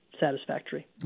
satisfactory